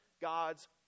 God's